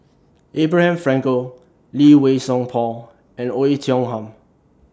Abraham Frankel Lee Wei Song Paul and Oei Tiong Ham